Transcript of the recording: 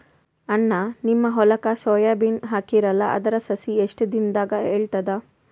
ಅಣ್ಣಾ, ನಿಮ್ಮ ಹೊಲಕ್ಕ ಸೋಯ ಬೀನ ಹಾಕೀರಲಾ, ಅದರ ಸಸಿ ಎಷ್ಟ ದಿಂದಾಗ ಏಳತದ?